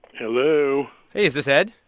hello? hey, is this ed?